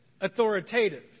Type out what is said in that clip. authoritative